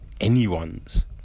anyone's